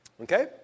Okay